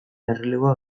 erreleboa